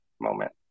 moment